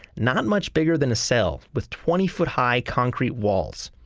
not much bigger than a cell with twenty foot high concrete walls.